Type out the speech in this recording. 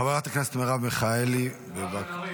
חברת הכנסת מרב מיכאלי, בבקשה.